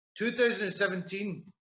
2017